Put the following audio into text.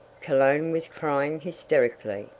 cologne was crying hysterically.